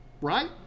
right